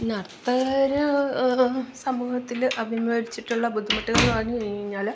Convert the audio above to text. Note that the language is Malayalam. നർത്തകര് സമൂഹത്തില് അഭിമുഖീകരിച്ചിട്ടുള്ള ബുദ്ധിമുട്ടുകൾ എന്ന് പറഞ്ഞ് കഴിഞ്ഞ് കഴിഞ്ഞാല്